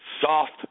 soft